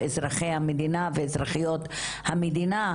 באזרחי המדינה ובאזרחיות המדינה,